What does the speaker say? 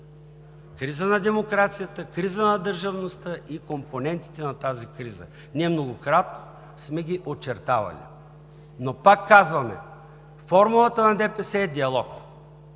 криза на демокрацията, криза на държавността и компонентите на тази криза. Ние многократно сме ги очертавали, но пак казваме: формулата на ДПС е диалог